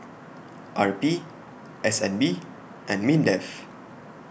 R P S N B and Mindef